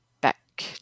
back